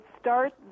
start